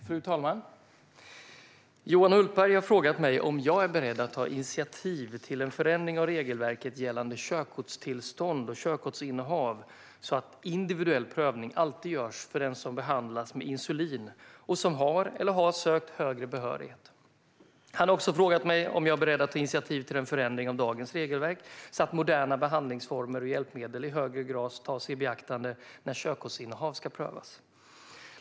Fru talman! Johan Hultberg har frågat mig om jag är beredd att ta initiativ till en förändring av regelverket gällande körkortstillstånd och körkortsinnehav så att individuell prövning alltid görs för den som behandlas med insulin och som har eller har sökt högre behörighet. Han har också frågat mig om jag är beredd att ta initiativ till en förändring av dagens regelverk så att moderna behandlingsformer och hjälpmedel i högre grad tas i beaktande när körkortsinnehav ska prövas.